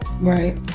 right